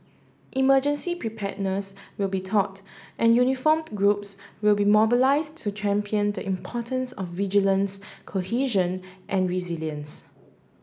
emergency preparedness will be taught and uniform groups will be mobilis to champion the importance of vigilance cohesion and resilience